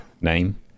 name